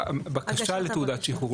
בקשה לתעודת שחרור,